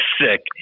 sick